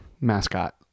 mascot